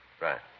Right